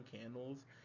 Candles